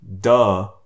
Duh